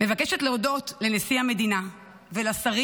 אני מבקשת להודות לנשיא המדינה ולשרים